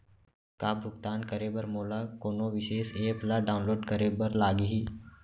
का भुगतान करे बर मोला कोनो विशेष एप ला डाऊनलोड करे बर लागही